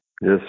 Yes